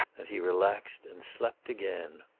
and he relaxed and slept again.